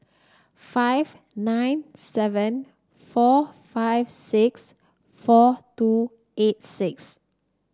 five nine seven four five six four two eight six